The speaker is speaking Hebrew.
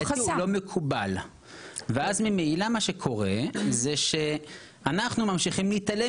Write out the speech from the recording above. הוא לא מקובל ואז ממילא מה שקורה זה שאנחנו ממשיכים להתעלם